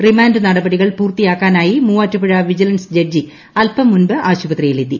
remand നടപടികൾ പൂർത്തിയാക്കാനായി Muvattupuzha vigilance judge അൽപ്പം മുൻപ് ആശുപത്രിയിൽ എത്തി